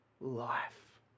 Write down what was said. life